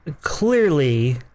Clearly